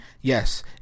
Yes